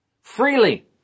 Freely